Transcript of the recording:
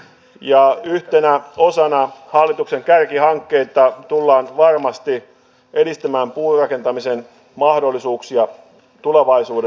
ja yhtenä osana hallituksen kärkihankkeita tullaan varmasti edistämään puurakentamisen mahdollisuuksia tulevaisuuden